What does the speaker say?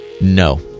no